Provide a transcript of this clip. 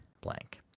blank